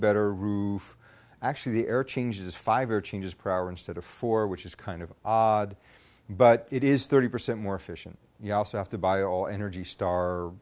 better roof actually the air changes five or changes per hour instead of four which is kind of odd but it is thirty percent more efficient you also have to buy all energy star